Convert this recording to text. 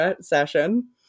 session